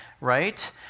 right